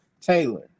Taylor